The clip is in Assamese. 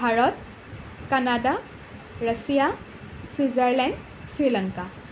Bharat Canada Russia Switzerland Sri Lanka